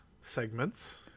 segments